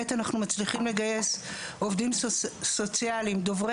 אנחנו מצליחים לגייס עובדים סוציאליים דוברי